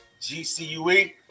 gcue